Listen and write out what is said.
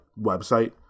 website